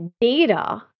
data